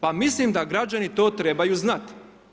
Pa mislim da građani to trebaju znati.